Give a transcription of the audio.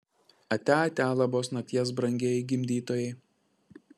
atia atia labos nakties brangieji gimdytojai